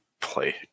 play